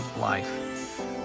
Life